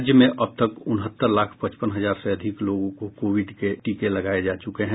राज्य में अब तक उनहत्तर लाख पचपन हजार से अधिक लोगों को कोविड के टीके लगाये जा चुके हैं